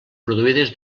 produïdes